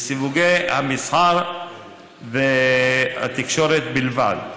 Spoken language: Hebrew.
לסיווגי המסחר והתקשורת בלבד.